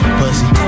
pussy